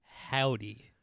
howdy